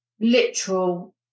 literal